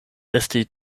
esti